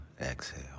exhale